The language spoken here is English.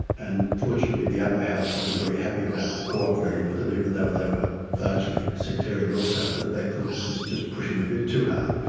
and fortunately the upper house wasn't very happy about cooperating with it, even though they were largely sectarian also, they thought this was just pushing a bit too hard.